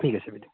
ঠিক আছে বাইদেউ